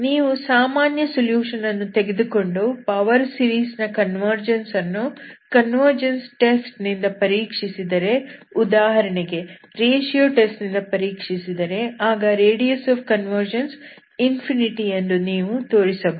ನೀವು ಸಾಮಾನ್ಯ ಸೊಲ್ಯೂಷನ್ ಅನ್ನು ತೆಗೆದುಕೊಂಡು ಪವರ್ ಸೀರೀಸ್ ನ ಕನ್ವರ್ಜನ್ಸ್ ಅನ್ನು ಕನ್ವರ್ಜನ್ಸ್ ಟೆಸ್ಟ್ ನಿಂದ ಪರೀಕ್ಷಿಸಿದರೆ ಉದಾಹರಣೆಗೆ ರೇಶಿಯೋ ಟೆಸ್ಟ್ ನಿಂದ ಪರೀಕ್ಷಿಸಿದರೆ ಆಗ ರೇಡಿಯಸ್ ಆಫ್ ಕನ್ವರ್ಜನ್ಸ್ ಎಂದು ನೀವು ತೋರಿಸಬಹುದು